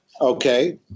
Okay